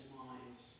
minds